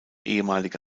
ehemalige